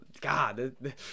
God